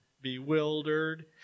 Bewildered